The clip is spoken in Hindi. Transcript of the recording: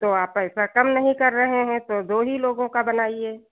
तो आप पैसा काम नहीं कर रहे हैं तो दो ही लोगों का बनाइए